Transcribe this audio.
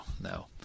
No